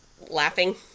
laughing